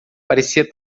parecia